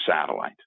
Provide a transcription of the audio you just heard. satellite